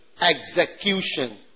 Execution